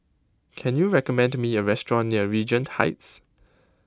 can you recommend me a restaurant near Regent Heights